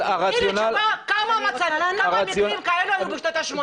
תני לי תשובה כמה מקרים כאלה היו בשנות ה-80.